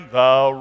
Thou